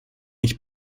ich